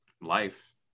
life